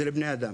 זה לבני אדם.